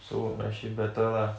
so night shift better lah